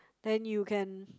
then you can